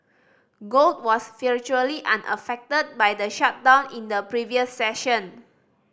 gold was virtually unaffected by the shutdown in the previous session